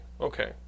okay